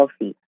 healthy